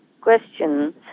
questions